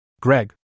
Greg